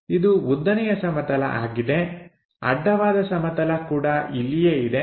ಇದು ಉದ್ದನೆಯ ಸಮತಲ ಆಗಿದೆ ಅಡ್ಡವಾದ ಸಮತಲ ಕೂಡ ಇಲ್ಲಿಯೇ ಇದೆ